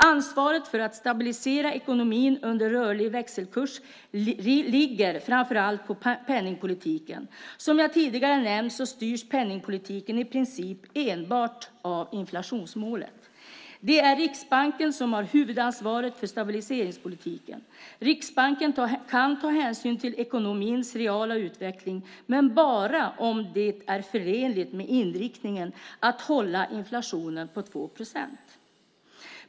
Ansvaret för att stabilisera ekonomin under rörlig växelkurs ligger framför allt på penningpolitiken. Som jag tidigare nämnt styrs penningpolitiken i princip enbart av inflationsmålet. Det är Riksbanken som har huvudansvaret för stabiliseringspolitiken. Riksbanken kan ta hänsyn till ekonomins reala utveckling men bara om det är förenligt med inriktningen att hålla inflationen på 2 procent.